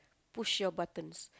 push your buttons